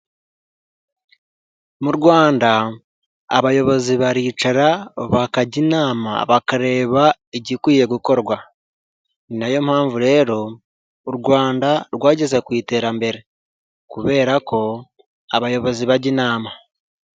Mu Rwanda abayobozi baricara bakajya inama bakareba igikwiye gukorwa, ni nayo mpamvu rero u Rwanda rwageze ku iterambere kubera ko abayobozi bajya inama.